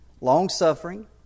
long-suffering